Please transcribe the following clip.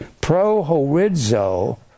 pro-horizo